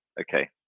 okay